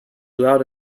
loud